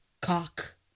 Cock